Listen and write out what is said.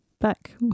back